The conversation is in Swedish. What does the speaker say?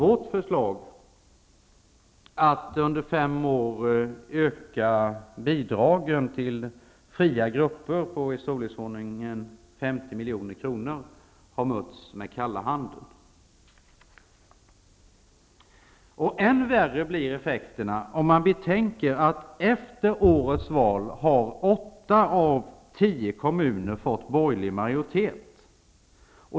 Vårt förslag att under fem år öka bidragen till fria grupper med i storleksordningen 50 milj.kr. har mötts med kalla handen. Och man inser lätt att effekterna blir än värre om man betänker att åtta av tio kommuner efter årets val har fått borgerlig majoritet.